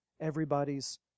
everybody's